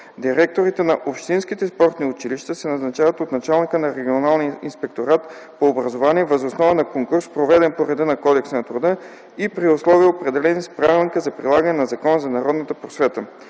Директорите на общинските спортни училища се назначават от началника на регионалния инспекторат по образованието въз основа на конкурс, проведен по реда на Кодекса на труда и при условия, определени с Правилника за прилагане на Закона за народната просвета.